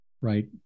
right